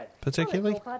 particularly